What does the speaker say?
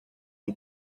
you